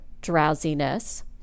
drowsiness